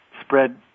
spread